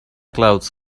clouds